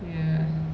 ya